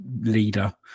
leader